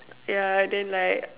yeah then like